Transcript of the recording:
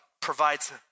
provides